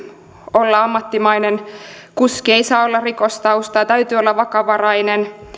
olla ammattimainen kuskilla ei saa olla rikostaustaa täytyy olla vakavarainen